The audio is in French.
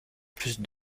plus